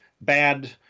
bad